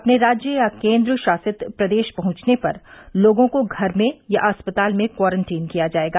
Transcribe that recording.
अपने राज्य या केंद्र शासित प्रदेश पहुंचने पर लोगों को घर में या अस्पताल में क्वारंटीन किया जाएगा